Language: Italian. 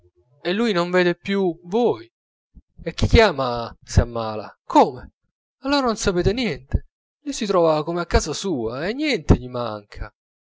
e lui non vede più voi e chi chiama se ammala come allora non sapete niente lì si trova come a casa sua e niente gli manca